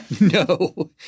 no